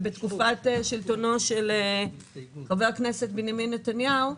בתקופת שלטונו של חבר הכנסת בנימין נתניהו,